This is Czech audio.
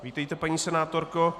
Vítejte, paní senátorko.